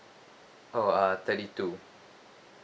oh uh thirty two